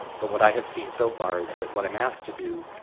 but what i have seen so far, is that what i'm asked to do,